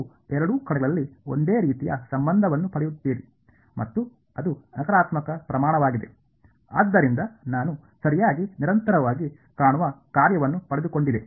ನೀವು ಎರಡೂ ಕಡೆಗಳಲ್ಲಿ ಒಂದೇ ರೀತಿಯ ಸಂಬಂಧವನ್ನು ಪಡೆಯುತ್ತೀರಿ ಮತ್ತು ಅದು ನಕಾರಾತ್ಮಕ ಪ್ರಮಾಣವಾಗಿದೆ ಆದ್ದರಿಂದ ನಾನು ಸರಿಯಾಗಿ ನಿರಂತರವಾಗಿ ಕಾಣುವ ಕಾರ್ಯವನ್ನು ಪಡೆದುಕೊಂಡಿದೆ